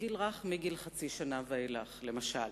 גיל רך, מגיל חצי שנה ואילך, למשל.